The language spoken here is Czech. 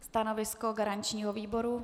Stanovisko garančního výboru?